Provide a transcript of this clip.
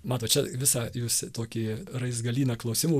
matot čia visą jūs tokį raizgalyną klausimų